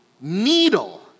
Needle